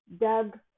Doug